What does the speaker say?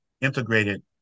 integrated